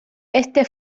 este